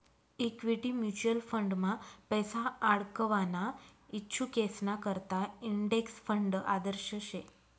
equity mutual फंडमा पैसा आडकवाना इच्छुकेसना करता इंडेक्स फंड आदर्श शे